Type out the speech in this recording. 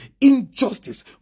injustice